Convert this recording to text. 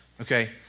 okay